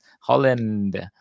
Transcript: Holland